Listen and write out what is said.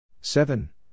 Seven